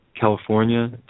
California